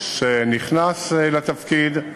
שנכנס לתפקיד,